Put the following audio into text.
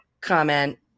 comment